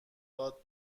داد